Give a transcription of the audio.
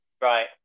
Right